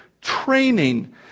training